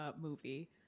movie